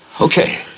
okay